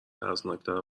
ترسناکتر